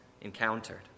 encountered